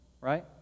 Right